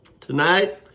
tonight